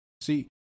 See